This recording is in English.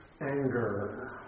anger